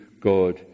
God